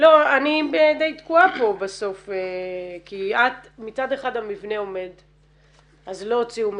--- אני דיי תקועה פה בסוף כי מצד אחד המבנה עומד אז לא הוציאו מכרז.